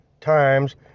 times